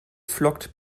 flockt